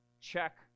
Check